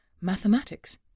Mathematics